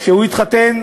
שהוא התחתן,